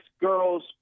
girls